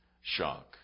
shock